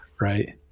Right